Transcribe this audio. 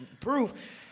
Proof